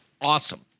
awesome